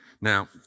Now